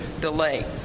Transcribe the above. delay